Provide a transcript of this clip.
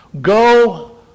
Go